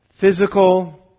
physical